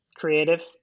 creatives